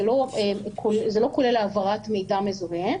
זה לא כולל העברת מידע מזוהה,